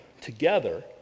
together